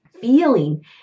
feeling